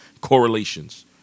correlations